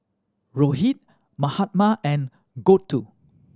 Rohit Mahatma and Gouthu